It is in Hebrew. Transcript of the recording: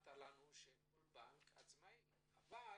אמרת שכל בנק הוא עצמאי, אבל